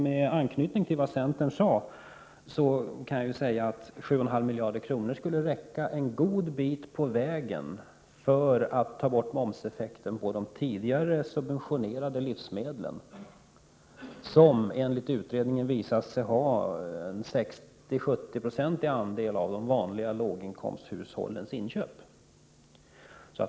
Med anknytning till vad centerns företrädare sade vill jag säga att 7,5 miljarder kronor skulle räcka en god bit på vägen för att ta bort momseffekten på de tidigare subventionerade livsmedlen, som enligt utredningen utgör 60-70 96 av de vanliga låginkomsthushållens inköp.